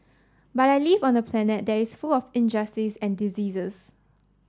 but I live on a planet that is full of injustice and diseases